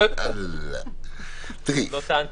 הדבר השלישי